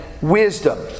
wisdom